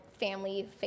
Family